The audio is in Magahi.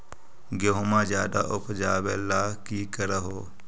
गेहुमा ज्यादा उपजाबे ला की कर हो?